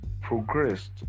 progressed